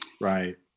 Right